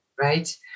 right